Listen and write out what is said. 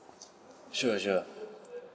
sure sure